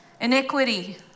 iniquity